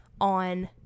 on